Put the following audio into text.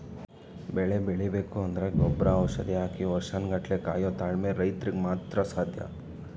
ಬೆಳೆ ಬೆಳಿಬೇಕು ಅಂದ್ರೆ ಗೊಬ್ರ ಔಷಧಿ ಹಾಕಿ ವರ್ಷನ್ ಗಟ್ಲೆ ಕಾಯೋ ತಾಳ್ಮೆ ರೈತ್ರುಗ್ ಮಾತ್ರ ಸಾಧ್ಯ